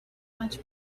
much